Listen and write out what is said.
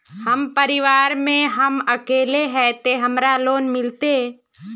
हम परिवार में हम अकेले है ते हमरा लोन मिलते?